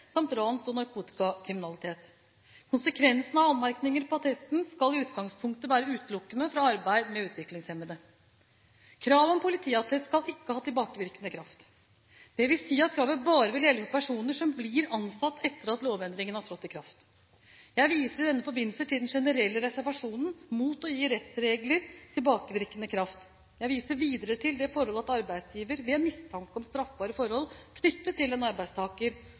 samt rans- og narkotikakriminalitet. Konsekvensen av anmerkninger på attesten skal i utgangspunktet være utelukkelse fra arbeid med utviklingshemmede. Kravet om politiattest skal ikke ha tilbakevirkende kraft, dvs. at kravet bare vil gjelde for personer som blir ansatt etter at lovendringen har trådt i kraft. Jeg viser i denne forbindelse til den generelle reservasjonen mot å gi rettsregler tilbakevirkende kraft. Jeg viser videre til det forhold at arbeidsgiver ved mistanke om straffbare forhold knyttet til en arbeidstaker